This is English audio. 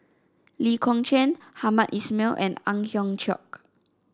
Lee Kong Chian Hamed Ismail and Ang Hiong Chiok